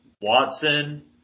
Watson